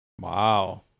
Wow